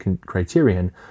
criterion